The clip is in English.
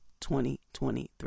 2023